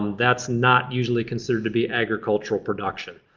that's not usually considered to be agricultural production.